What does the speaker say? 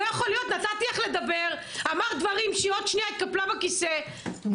תדברי על האוכלוסייה שלך.